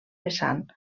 vessant